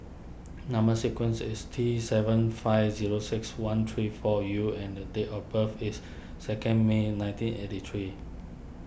Number Sequence is T seven five zero six one three four U and the date of birth is second May nineteen eighty three